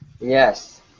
Yes